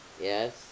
Yes